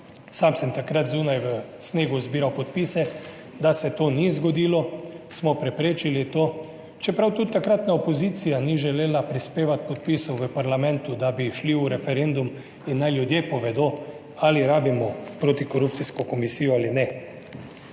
Sam sem takrat zunaj v snegu zbiral podpise, da se to ni zgodilo, smo preprečili to. Čeprav tudi takratna opozicija ni želela prispevati podpisov v parlamentu, da bi šli v referendum in naj ljudje povedo, ali rabimo protikorupcijsko komisijo ali ne.